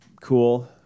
cool